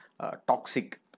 toxic